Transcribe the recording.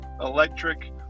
electric